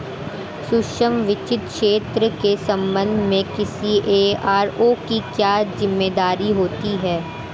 सूक्ष्म वित्त क्षेत्र के संबंध में किसी एस.आर.ओ की क्या जिम्मेदारी होती है?